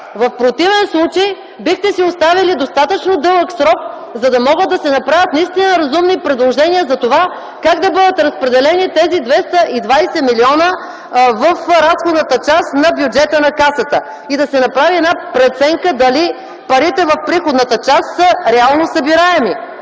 В противен случай бихте си оставили достатъчно дълъг срок, за да могат да се направят наистина разумни предложения за това как да бъдат разпределени тези 220 милиона в разходната част на бюджета на Касата и да се направи преценка дали парите в приходната част са реално събираеми.